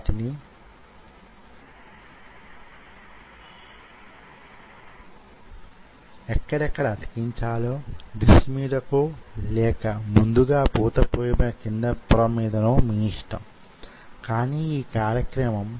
సంకోచం సందర్భంగా ఉత్పన్నమైన శక్తిని కొలవడం ద్వారా పైన చెప్పబడిన ఫలితాలను అంచనా వేయవచ్చు